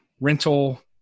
rental